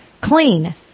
Clean